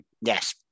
yes